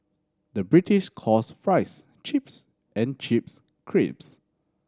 the British calls fries chips and chips crisps